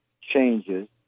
changes